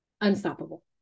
unstoppable